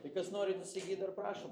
tai kas norit įsigyt dar prašom